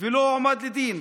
ולא הועמד לדין.